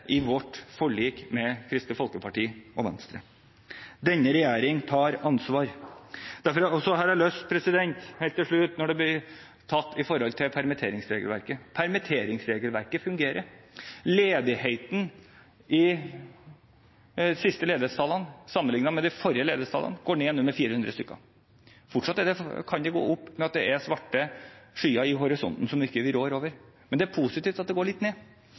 i vårt forlik med Kristelig Folkeparti og Venstre. Denne regjeringen tar ansvar. Så har jeg helt til slutt lyst til å si noe om permitteringsregelverket. Permitteringsregelverket fungerer. De siste ledighetstallene sammenlignet med de forrige ledighetstallene går nå ned med 400. Fortsatt kan det gå opp ved at det er svarte skyer i horisonten som vi ikke rår over, men det er positivt at det går litt ned.